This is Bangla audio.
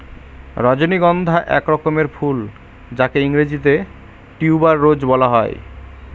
রজনীগন্ধা এক রকমের ফুল যাকে ইংরেজিতে টিউবার রোজ বলা হয়